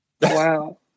Wow